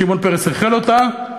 שמעון פרס החל אותה,